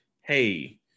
hey